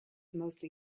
mostly